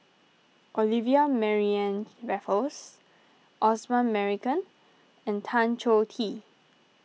Olivia Mariamne Raffles Osman Merican and Tan Choh Tee